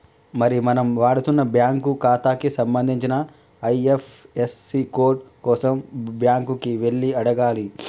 మరి మనం వాడుతున్న బ్యాంకు ఖాతాకి సంబంధించిన ఐ.ఎఫ్.యస్.సి కోడ్ కోసం బ్యాంకు కి వెళ్లి అడగాలి